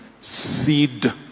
seed